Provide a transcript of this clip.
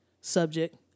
subject